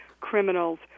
criminals